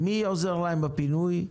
מי עוזר להם בפינוי,